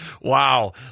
wow